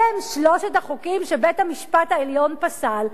אלה הם שלושת החוקים שבית-המשפט העליון פסל,